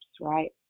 right